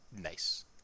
Nice